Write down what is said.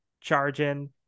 charging